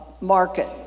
market